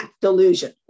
delusion